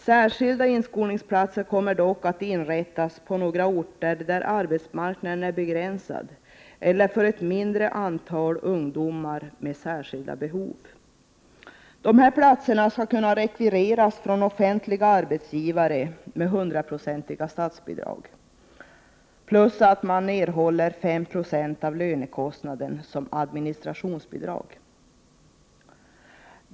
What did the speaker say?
Särskilda inskolningsplatser kommer dock att inrättas på några orter där arbetsmarknaden är begränsad, och för ett mindre antal ungdomar med särskilda behov. Dessa platser skall kunna rekvireras av offentliga arbetsgivare och statsbidrag utgår med 100 96 av lönen. Dessutom erhåller arbetsgivaren en ersättning på 5 26 av lönekostnaden som administrationsbidrag.